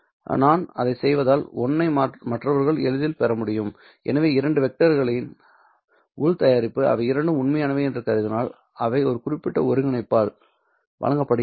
நான் அதைச் செய்வதால் 1 ஐ மற்றவர்கள் எளிதில் பெற முடியும் எனவே இரண்டு வெக்டர்களின் உள் தயாரிப்பு அவை இரண்டும் உண்மையானவை என்று கருதினால் அவை இந்த குறிப்பிட்ட ஒருங்கிணைப்பால் வழங்கப்படுகின்றன